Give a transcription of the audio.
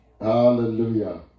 Hallelujah